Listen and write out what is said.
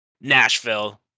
Nashville